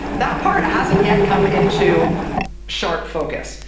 that part hasn't yet come into sharp focus.